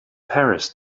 paris